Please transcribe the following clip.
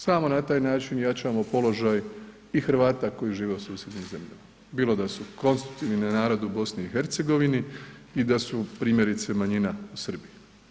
Samo na taj način jačamo položaj i Hrvata koji žive u susjednim zemljama, bilo da su konstitutivan narod u BiH i da su primjerice manjina u Srbiji.